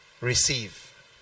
receive